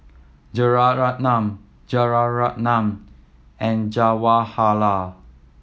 Rajaratnam Rajaratnam and Jawaharlal